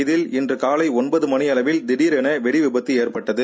இதில் இன்று காலை ஒன்பதரை மணி அளவில் திடீரென்று வெடி விபத்து ஏற்பட்டது